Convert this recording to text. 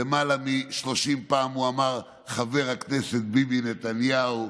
למעלה מ-30 פעם הוא אמר "חבר הכנסת ביבי נתניהו"